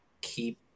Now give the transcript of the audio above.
keep